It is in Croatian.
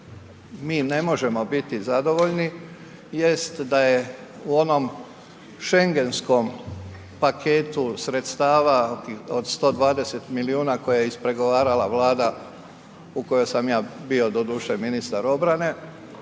mi ne možemo biti zadovoljni jest da je u onom Schengenskom paketu sredstava od 120 milijuna koje je ispregovarala vlada u kojoj sam ja bio doduše ministar obrane,